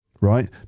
right